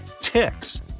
ticks